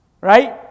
right